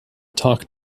talk